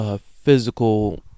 physical